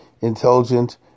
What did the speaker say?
intelligent